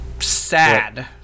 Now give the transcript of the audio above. Sad